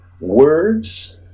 words